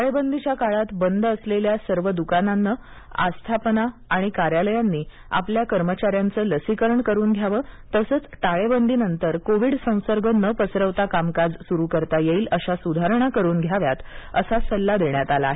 टाळेबंदीच्या काळात बंद असलेल्या सर्व दुकानांनं आस्थापना आणि कार्यालयांनी आपल्या कर्मचाऱ्यांचं लसीकरण करून घ्यावं तसंच टाळेबंदीनंतर कोविड संसर्ग न पसरवता कामकाज सुरू करता येईल अशा सुधारणा करून घ्याव्यात असा सल्ला देण्यात आला आहे